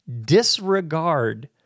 disregard